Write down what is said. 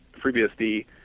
FreeBSD